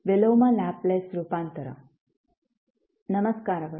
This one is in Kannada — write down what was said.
ನಮಸ್ಕಾರಗಳು